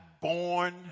born